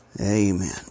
Amen